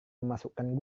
memasukkan